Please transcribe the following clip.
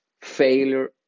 failure